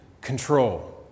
control